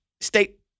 state